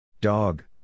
Dog